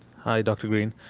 hi, dr. greene.